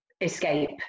escape